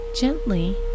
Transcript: gently